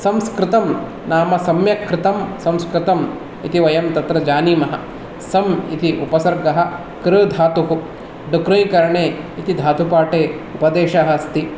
संस्कृतं नाम सम्यक् कृतम् संस्कृतम् इति वयं तत्र जानीमः सम् इति उपसर्गः कृ धातुः डु कृञ् करणे इति धातुपाठे उपदेशः अस्ति